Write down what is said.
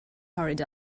hurried